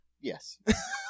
Yes